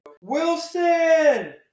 Wilson